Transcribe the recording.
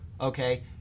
okay